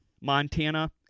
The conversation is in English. Montana